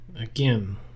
Again